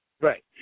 Right